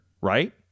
right